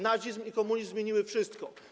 nazizm i komunizm zmieniły wszystko.